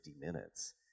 minutes